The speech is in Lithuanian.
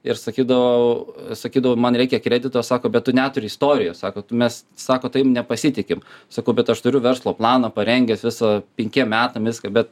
ir sakydavau sakydavau man reikia kredito o sako bet tu neturi istorijos sakot mes sako tavim nepasitikim sakau bet aš turiu verslo planą parengęs visą penkiem metam viską bet